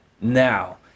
Now